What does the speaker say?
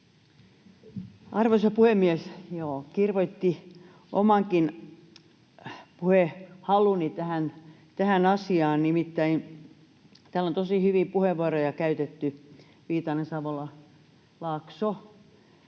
Arvoisa puhemies! Kirvoitti omankin puhehaluni tähän asiaan, nimittäin täällä on tosi hyviä puheenvuoroja käytetty: Viitanen, Savola, Laakso.